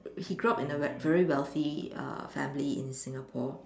he grew up in a very wealthy uh family in Singapore